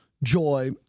Joy